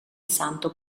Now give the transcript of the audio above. santo